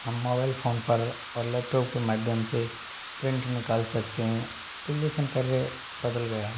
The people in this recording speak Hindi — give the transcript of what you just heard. हम मोबाईल फ़ोन पर और लैपटॉप के माध्यम से प्रिन्ट निकाल सकते हैं तो लेखन कार्य बदल गया है